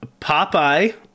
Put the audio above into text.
Popeye